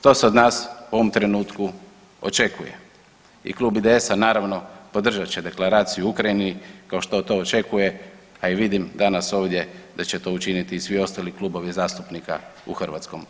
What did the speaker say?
To se od nas u ovom trenutku očekuje i Klub IDS-a naravno podržat će Deklaraciju o Ukrajini kao što to očekuje, a i vidim danas ovdje da će to učiniti i svi ostali klubovi zastupnika u HS.